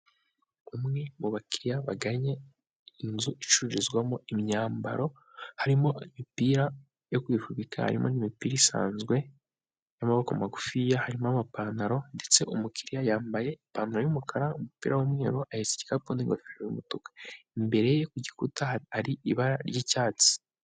Umwe mu bakiriya bagannye inzu icururizwamo imyambaro harimo imipira yo kwifubika, harimo n'imipira isanzwe y'amaboko magufi, harimo amapantaro ndetse umukiriya yambaye ipantaro y'umukara umupira w'umweru ahetse igikapu n'ingofero y'umutuku, imbere ye ku gikuta hari ibara ry'icyatsi.